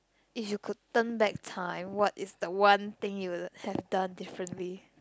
if you could turn back time what is the one thing you would have done differently